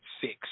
Six